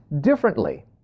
differently